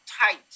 tight